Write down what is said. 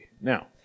Now